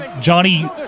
Johnny